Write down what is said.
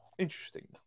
interesting